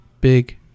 big